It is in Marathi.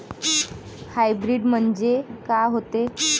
हाइब्रीड म्हनजे का होते?